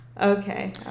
Okay